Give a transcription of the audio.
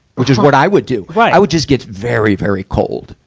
which is what i would do. i would just get very, very cold,